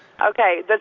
Okay